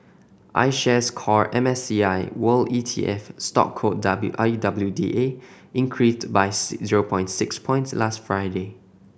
I Shares Core M S C I World E T F stock code W I W D A increased by zero point six points last Friday